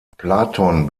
platon